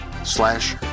slash